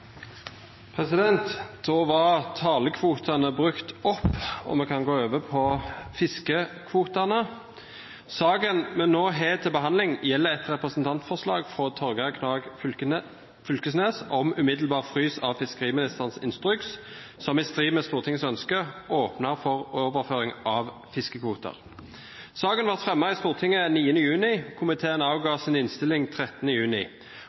var talekvotane brukte opp, og me kan gå over til fiskekvotane. Saka me no har til behandling, gjeld eit representantforslag frå Torgeir Knag Fylkesnes om ei omgåande frysing av fiskeriministerens instruks, som i strid med Stortingets ønske opnar for overføring av fiskekvotar. Saka vart fremja i Stortinget 9. juni. Komiteen gav si innstilling 13. juni.